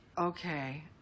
okay